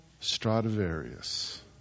Stradivarius